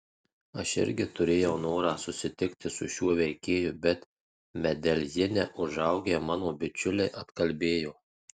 aš irgi turėjau norą susitikti su šiuo veikėju bet medeljine užaugę mano bičiuliai atkalbėjo